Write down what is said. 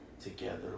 together